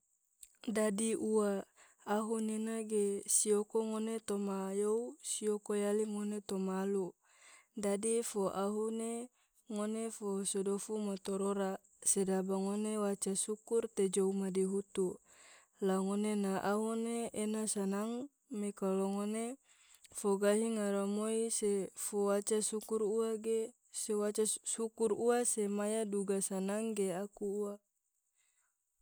dadi ua, ahu nena ge sioko ngone toma you sioko yali ngone toma alu, dadi fo ahu ne ngone fo sodofu matorora, sedaba ngone waca sukur te jou madihutu, la ngone na ahu ne ena sanang, me kalo ngone fo gahi ngaramoi se fo waca syukur ua ge se waca sukur ua semaya duga sanang ge aku ua.